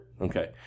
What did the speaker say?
Okay